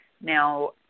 now